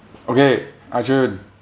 okay arjun